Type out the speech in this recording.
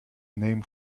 name